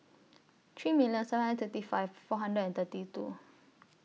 three million seven hundred thirty five four hundred and thirty two